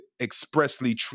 expressly